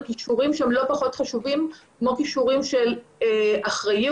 כישורים שהם לא פחות חשובים כמו כישורים של אחריות,